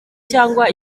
cyangwa